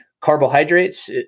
carbohydrates